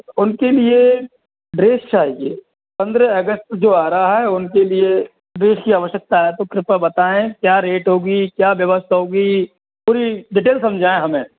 उनके लिए ड्रेस चाहिए पंद्रह अगस्त जो आ रहा है उनके लिए ड्रेस की आवश्यकता है तो कृपया बताएं क्या रेट होगी क्या व्यवस्था होगी पूरी डिटेल समझाएं हमें